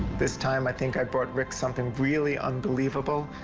this time, i think i brought rick something really unbelievable.